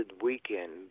weekend